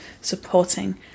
supporting